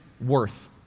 worth